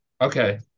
Okay